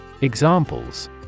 examples